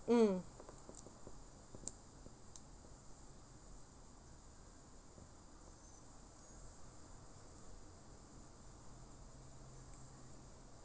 mm